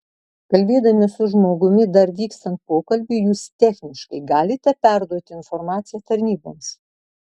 kalbėdami su žmogumi dar vykstant pokalbiui jūs techniškai galite perduoti informaciją tarnyboms